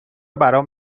برام